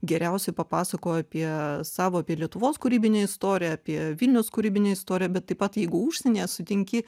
geriausiai papasako apie savo apie lietuvos kūrybinę istoriją apie vilniaus kūrybinę istoriją bet taip pat jeigu užsienyje sutinki